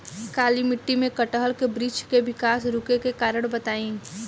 काली मिट्टी में कटहल के बृच्छ के विकास रुके के कारण बताई?